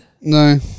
No